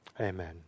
Amen